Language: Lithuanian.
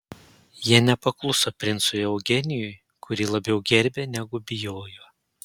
jie nepakluso princui eugenijui kurį labiau gerbė negu bijojo